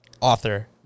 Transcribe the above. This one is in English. author